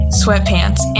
sweatpants